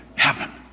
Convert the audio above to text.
heaven